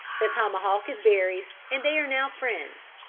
the tomahawk is buried, and they are now friends.